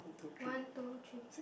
one two three